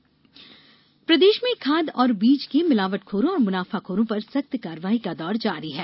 खाद बीज प्रदेश में खाद और बीज के मिलावटखोरों और मुनाफाखोरों पर सख्त कार्रवाई का दौर जारी है